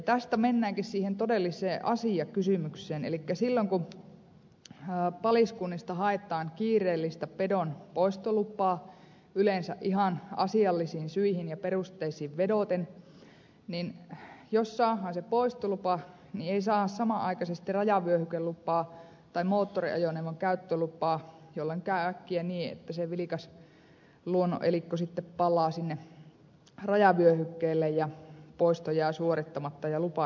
tästä mennäänkin siihen todelliseen asiakysymykseen elikkä silloin kun paliskunnista haetaan kiireellistä pedon poistolupaa yleensä ihan asiallisiin syihin ja perusteisiin vedoten niin jos saadaan se poistolupa niin ei saada samanaikaisesti rajavyöhykelupaa tai moottoriajoneuvon käyttölupaa jolloin käy äkkiä niin että se vilkas luonnonelikko sitten palaa sinne rajavyöhykkeelle ja poisto jää suorittamatta ja lupa käyttämättä